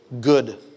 good